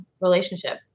relationship